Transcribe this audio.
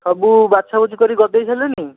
ସବୁ ବାଛା ବୁଛି କରି ଗଦେଇ ସାରିଲେଣି